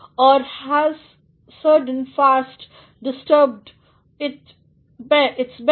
और has sudden frost disturbed it's bad